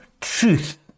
truth